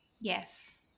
Yes